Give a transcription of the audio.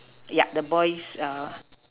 yeah the boy's a